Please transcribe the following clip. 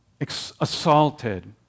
assaulted